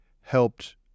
helped